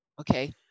okay